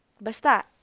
basta